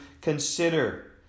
consider